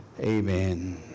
Amen